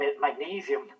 magnesium